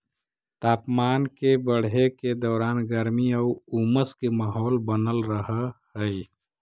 तापमान के बढ़े के दौरान गर्मी आउ उमस के माहौल बनल रहऽ हइ